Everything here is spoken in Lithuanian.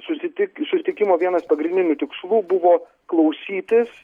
susitik susitikimo vienas pagrindinių tikslų buvo klausytis